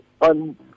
on